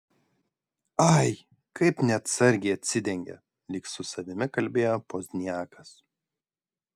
ai kaip neatsargiai atsidengė lyg su savimi kalbėjo pozniakas